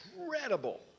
incredible